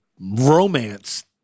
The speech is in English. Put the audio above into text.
romance